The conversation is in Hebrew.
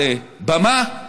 זה במה.